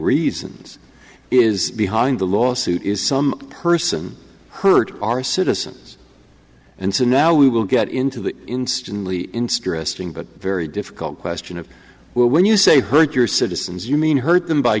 reasons is behind the lawsuit is some person hurt our citizens and so now we will get into that instantly in stressing but very difficult question of where when you say hurt your citizens you mean hurt them by